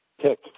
pick